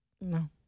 No